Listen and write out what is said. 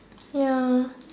ya